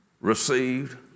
received